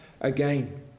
again